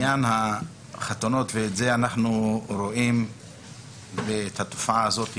בחתונות אתם מפסיקים את הרעש ב-23:00 בלילה?